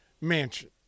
mansion